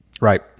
Right